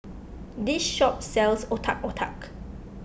this shop sells Otak Otak